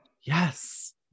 Yes